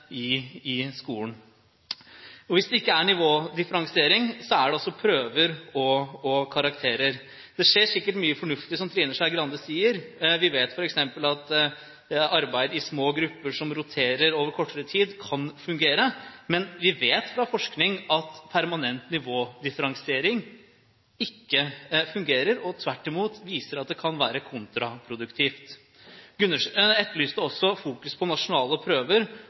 i skolen. Hvis det ikke er nivådifferensiering, er det prøver og karakterer. Det skjer sikkert mye fornuftig, som Trine Skei Grande sier. Vi vet f.eks. at arbeid i små grupper som roterer over kortere tid, kan fungere, men vi vet fra forskning at permanent nivådifferensiering ikke fungerer, men tvert imot kan være kontraproduktivt. Gundersen etterlyste også fokus på nasjonale prøver,